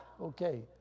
okay